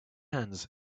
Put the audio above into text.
hands